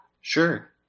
Sure